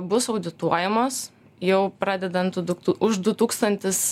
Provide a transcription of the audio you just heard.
bus audituojamos jau pradedant duktu už du tūkstantis